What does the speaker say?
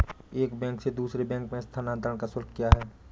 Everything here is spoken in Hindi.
एक बैंक से दूसरे बैंक में स्थानांतरण का शुल्क क्या है?